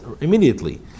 immediately